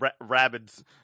rabbits